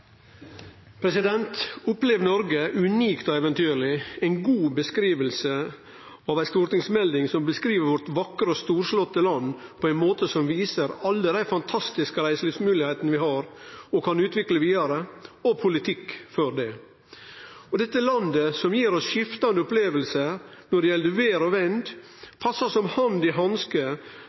vakre og storslåtte landet vårt på ein måte som viser alle dei fantastiske reiselivsmoglegheitene vi har og kan utvikle vidare, og politikk for det. Dette landet, som gir oss skiftande opplevingar når det gjeld vêr og vind, passar som hand i hanske